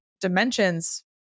dimensions